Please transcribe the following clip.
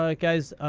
like guys?